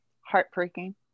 heartbreaking